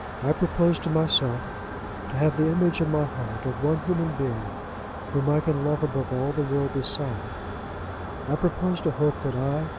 i propose to myself to have the image in my heart of one human being whom i can love above all the world beside i propose to hope that i,